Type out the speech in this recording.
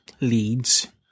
leads